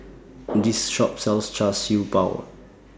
This Shop sells Char Siew Bao